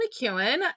McEwen